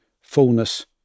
fullness